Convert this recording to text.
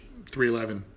311